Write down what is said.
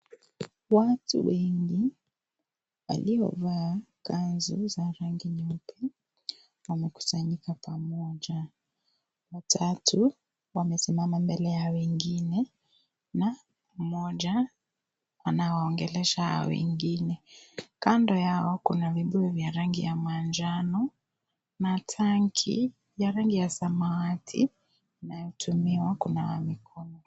Watu wengi, waliovaa kanzu za rangi nyeupe. Wamekusanyika pamoja. Watatu, wamesimama mbele ya wengine, na mmoja anawaongelesha hao wengine. Kando yao ,kuna vibuyu vya rangi ya manjano, na tangi ya rangi ya samawati, inayotumiwa kunawa mikono.